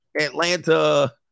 Atlanta